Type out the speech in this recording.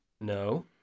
No